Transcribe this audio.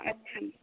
اچھا